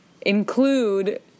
include